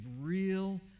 real